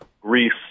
Greece